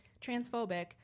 transphobic